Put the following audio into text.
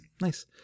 nice